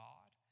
God